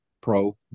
pro